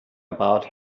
about